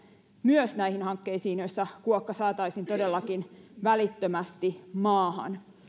myös näihin hankkeisiin joissa kuokka saataisiin todellakin välittömästi maahan